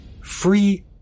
free